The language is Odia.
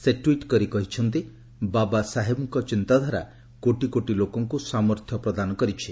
ସେ ଟ୍ୱିଟ୍ କରି କହିଛନ୍ତି ବାବାସାହେବଙ୍କ ଚିନ୍ତାଧାରା କୋଟି କୋଟି ଲୋକଙ୍କୁ ସାମର୍ଥ୍ୟ ପ୍ରଦାନ କରିଛି